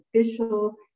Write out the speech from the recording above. official